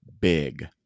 big